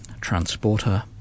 Transporter